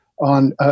on